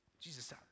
Jesus